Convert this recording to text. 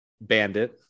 Bandit